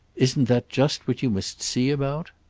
isn't that just what you must see about?